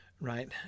right